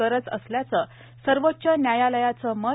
गरज असल्याचं सर्वोच्च न्यायालयाचं मत